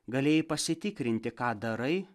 galėjai pasitikrinti ką darai